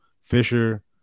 Fisher